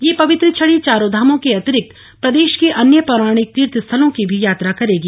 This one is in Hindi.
यह पवित्र छड़ी चारों धामों के अतिरिक्त प्रदेश के अन्य पौराणिक तीर्थ स्थलों की भी यात्रा करेगी